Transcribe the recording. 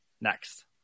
next